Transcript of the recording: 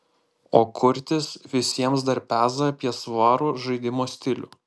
o kurtis visiems dar peza apie svarų žaidimo stilių